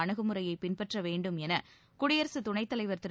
அணுகுமுறையை பின்பற்ற வேண்டும் என குடியரசு துணைத் தலைவர் திரு